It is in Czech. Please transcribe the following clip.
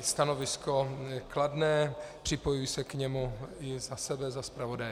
stanovisko kladné, připojuji se k němu i za sebe, za zpravodaje.